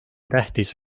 tähtis